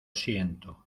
siento